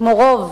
כמו רוב